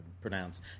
pronounce